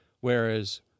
whereas